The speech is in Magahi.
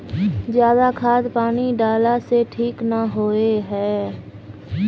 ज्यादा खाद पानी डाला से ठीक ना होए है?